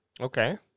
Okay